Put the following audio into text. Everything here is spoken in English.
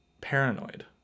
paranoid